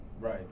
Right